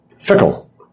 fickle